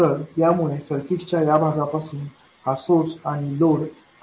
तर यामुळे सर्किटच्या या भागापासून हा सोर्स आणि लोड कमी होतो